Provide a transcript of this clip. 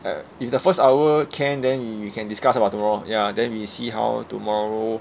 eh if the first hour can then we can discuss about tomorrow ya then we see how orh tomorrow